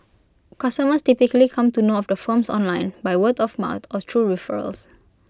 customers typically come to know of the firms online by word of mouth or through referrals